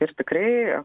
ir tikrai